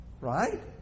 Right